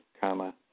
comma